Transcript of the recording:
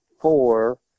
four